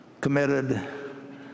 committed